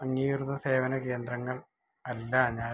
അംഗീകൃത സേവന കേന്ദ്രങ്ങൾ അല്ല ഞാൻ